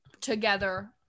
together